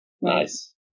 Nice